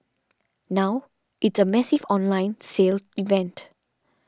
now it's a massive online sale event